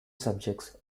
subjects